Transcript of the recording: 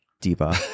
diva